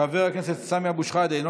חבר הכנסת מנסור עבאס,